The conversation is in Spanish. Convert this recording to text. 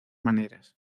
maneras